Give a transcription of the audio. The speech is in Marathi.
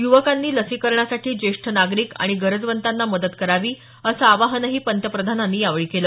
युवकांनी लसीकरणासाठी ज्येष्ठ नागरिक आणि गरजवंतांना मदत करावी असं आवाहनही पंतप्रधानांनी यावेळी केलं